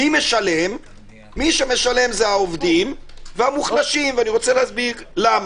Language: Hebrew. מי שמשלם זה העובדים והמוחלשים, ולמה